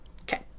Okay